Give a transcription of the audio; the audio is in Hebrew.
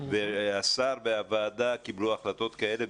ושהשר והוועדה קיבלו החלטות כאלה,